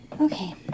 okay